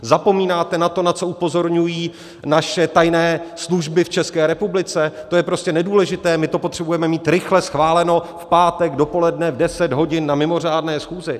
Zapomínáte na to, na co upozorňují naše tajné služby v České republice, to je prostě nedůležité, my to potřebujeme mít rychle schváleno v pátek dopoledne v 10 hodin na mimořádné schůzi.